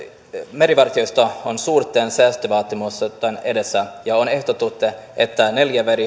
merivartiosto on suurten säästövaatimusten edessä ja on ehdotettu että neljä